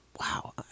Wow